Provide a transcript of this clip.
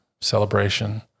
celebration